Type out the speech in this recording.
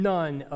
None